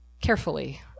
carefully